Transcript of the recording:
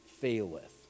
faileth